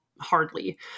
hardly